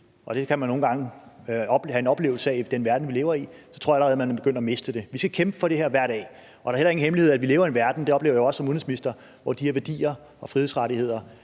og det kan man nogle gange have en oplevelse af i den verden, vi lever i – så tror jeg allerede, man begynder at miste det. Vi skal kæmpe for det her hver dag. Og det er heller ikke nogen hemmelighed, at vi lever i en verden – det oplever jeg også som udenrigsminister – hvor de her værdier er under